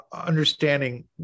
understanding